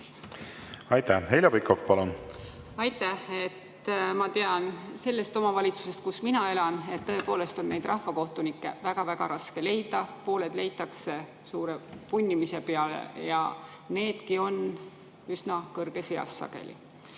Aitäh! Heljo Pikhof, palun! Aitäh! Ma tean, et sellest omavalitsusest, kus mina elan, on tõepoolest rahvakohtunikke väga-väga raske leida. Pooled leitakse suure punnimise peale ja needki on üsna kõrges eas sageli.